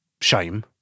shame